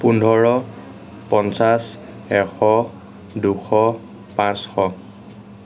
পোন্ধৰ পঞ্চাছ এশ দুশ পাঁচশ